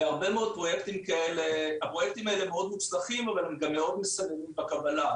הפרויקטים האלה מאוד מוצלחים אבל הם גם מאוד מסננים בקבלה.